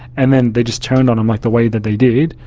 and then they just turned on him like the way that they did,